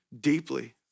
deeply